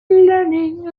learning